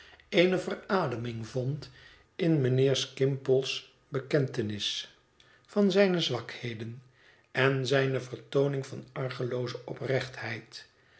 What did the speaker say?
eene verademing vond in mijnheer skimpole's bekentenis van zijne zwakheden en zijne vertooning van argelooze